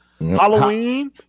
Halloween